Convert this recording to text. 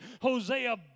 Hosea